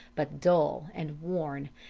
but dull and worn.